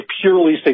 purely